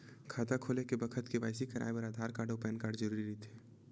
खाता खोले के बखत के.वाइ.सी कराये बर आधार कार्ड अउ पैन कार्ड जरुरी रहिथे